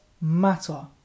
Matter